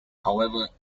however